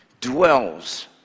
dwells